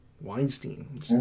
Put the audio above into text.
Weinstein